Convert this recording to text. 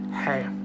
hey